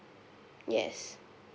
yes